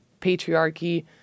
patriarchy